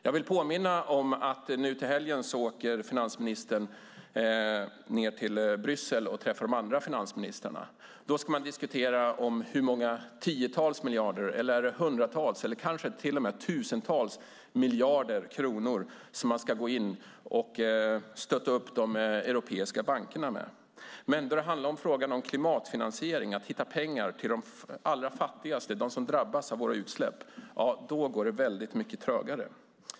Jag vill påminna om att finansministern nu till helgen åker ned till Bryssel och träffar de andra finansministrarna och där ska diskutera hur många tiotals, hundratals eller kanske till och med tusentals miljarder kronor som man ska gå in och stötta de europeiska bankerna med. Men då det handlar om frågan om klimatfinansiering och om att hitta pengar till de allra fattigaste, till dem som drabbas av våra utsläpp, går det väldigt mycket trögare.